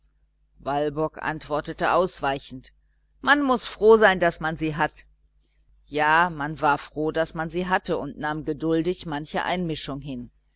walburg antwortete ausweichend man muß froh sein daß man sie hat ja man war froh daß man sie hatte und nahm geduldig manche einmischung hin